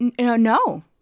no